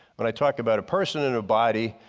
when i talk about a person in a body,